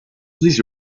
please